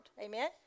amen